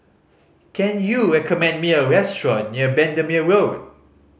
can you recommend me a restaurant near Bendemeer Road